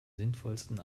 sinnvollsten